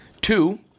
Two